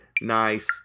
nice